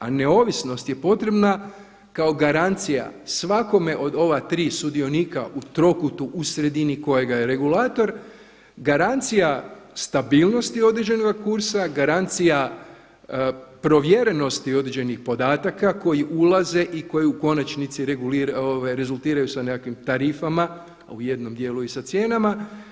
A neovisnost je potrebna kao garancija svakome od ova tri sudionika u trokutu u sredini kojega je regulator, garancija stabilnosti određenoga kursa, garancija provjerenosti određenih podataka koji ulaze i koji u konačnici rezultiraju sa nekakvim tarifama a u jednom dijelu i sa cijenama.